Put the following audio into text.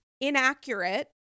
inaccurate